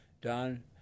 Don